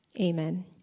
amen